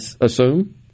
assume